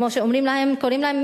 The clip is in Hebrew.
כמו שקוראים להן,